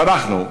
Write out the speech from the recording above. אבל אנחנו,